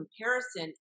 comparison